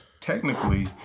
Technically